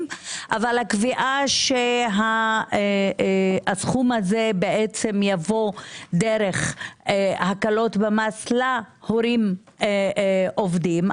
אבל הקביעה שהסכום הזה יבוא דרך הקלות במס להורים העובדים,